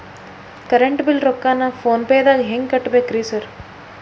Current bill ರೊಕ್ಕಾನ phone ಪೇದಾಗ ಹೆಂಗ್ ಕಟ್ಟಬೇಕ್ರಿ ಸರ್?